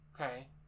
Okay